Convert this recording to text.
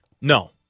No